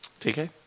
TK